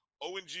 ONG